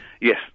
Yes